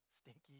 stinky